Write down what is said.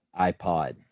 iPod